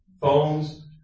Phones